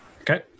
okay